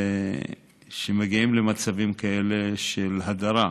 שמגיעים למצבים כאלה של הדרה.